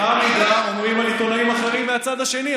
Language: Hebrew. באותה מידה אומרים על עיתונאים אחרים מהצד השני,